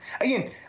again